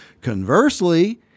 Conversely